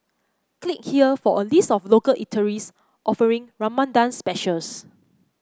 click here for a list of local eateries offering Ramadan specials